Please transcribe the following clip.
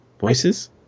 Voices